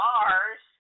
Mars